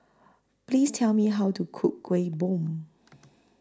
Please Tell Me How to Cook Kueh Bom